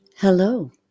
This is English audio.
Hello